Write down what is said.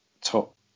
top